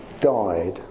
died